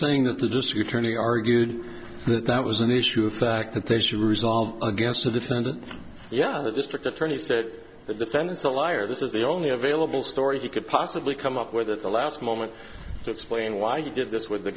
saying that the district attorney argued that that was an issue fact that they should resolve against the defendant yeah the district attorney said the defendant's a liar this is the only available story you could possibly come up with at the last moment to explain why you did this with